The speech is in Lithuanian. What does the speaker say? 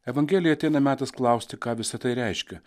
evangelijoj ateina metas klausti ką visa tai reiškia